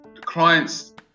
clients